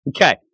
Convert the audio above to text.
Okay